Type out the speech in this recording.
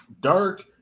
dark